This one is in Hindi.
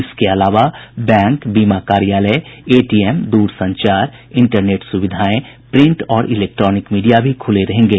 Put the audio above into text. इसके अलावा बैंक बीमा कार्यालय एटीएम दूरसंचार इंटरनेट सुविधाएं प्रिंट और इलेक्ट्रॉनिक मीडिया भी खुले रहेंगे